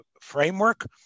framework